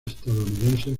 estadounidense